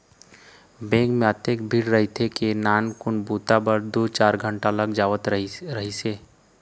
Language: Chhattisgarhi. बेंक म अतेक भीड़ रहय के नानकुन बूता बर दू चार घंटा लग जावत रहिस हे